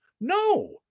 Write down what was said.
No